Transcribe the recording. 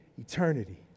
eternity